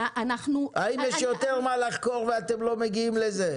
האם יש יותר מה לחקור ואתם לא מגיעים לזה?